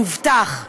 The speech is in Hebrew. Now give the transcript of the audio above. מובטח.